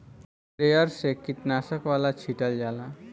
sprayer से कीटनाशक वाला छीटल जाला